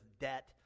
debt